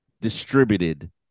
distributed